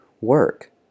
work